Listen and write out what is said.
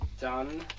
done